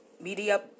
media